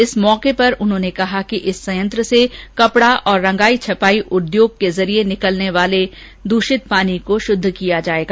इस अवसर पर उन्होंने कहा कि इस संयत्र से कपड़ा और रंगाई छपाई उद्योग के जरिये निकलने वाला दूषित पानी शुद्ध होगा